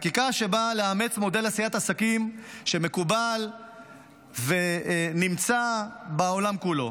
חקיקה שבאה לאמץ מודל עשיית עסקים שמקובל ונמצא בעולם כולו.